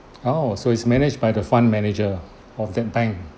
!ow! so it's managed by the fund manager of that bank